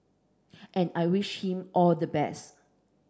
and I wish him all the best